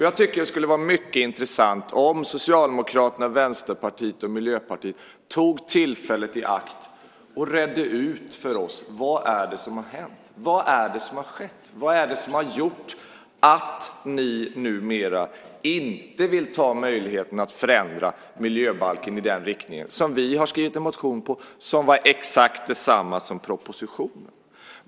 Jag tycker att det skulle vara mycket intressant om Socialdemokraterna, Vänsterpartiet och Miljöpartiet tog tillfället i akt och redde ut för oss vad som har hänt. Vad är det som har skett? Vad är det som har gjort att ni numera inte vill ta möjligheten att förändra miljöbalken i den riktning som vi har skrivit en motion om och som var exakt detsamma som propositionen?